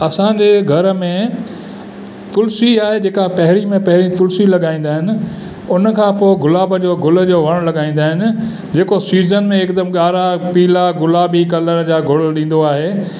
असांजे घर में तुलिसी आहे जेका पहिरीं मां पहिरीं तुलिसी लॻाईंदा आहिनि उन खां पोइ गुलाब जो गुल जो वणु लॻाईंदा आहिनि जेको सीज़न में हिकदमि ॻाढ़ा पीला गुलाबी कलर जा गुल ॾींदो आहे